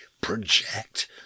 project